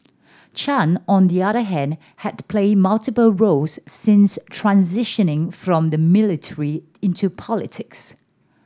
Chan on the other hand had played multiple roles since transitioning from the military into politics